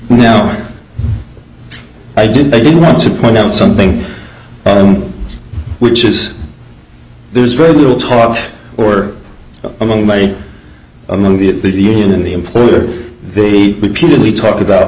now i didn't i didn't want to point out something which is there's very little tall order among my among the union in the employer the repeated we talk about